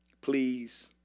Please